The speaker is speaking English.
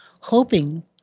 hoping